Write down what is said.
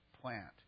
plant